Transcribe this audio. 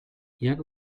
jak